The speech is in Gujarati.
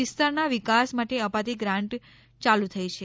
વિસ્તારના વિકાસ માટે અપાતી ગ્રાન્ટ ચાલુ થઇ છે